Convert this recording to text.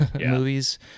movies